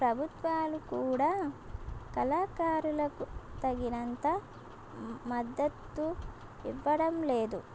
ప్రభుత్వాలు కూడా కళాకారులకు తగినంత మద్దతు ఇవ్వడం లేదు